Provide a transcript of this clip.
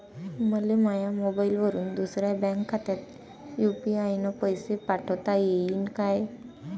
मले माह्या मोबाईलवरून दुसऱ्या बँक खात्यात यू.पी.आय न पैसे पाठोता येईन काय?